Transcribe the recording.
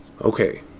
Okay